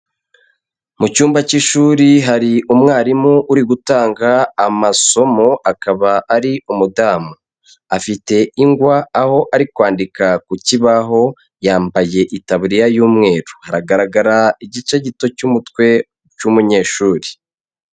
Mu cyumba cy'ishuri hari umwarimu uri gutanga amasomo akaba ari umudamu. Afite ingwa aho ari kwandika ku kibaho, yambaye itaburiya y'umweru. Hagaragara igice gito cy'umutwe cy'umunyeshuri.